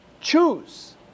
choose